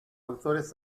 autores